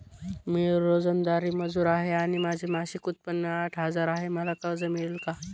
मी रोजंदारी मजूर आहे आणि माझे मासिक उत्त्पन्न आठ हजार आहे, मला कर्ज मिळेल का?